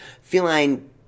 feline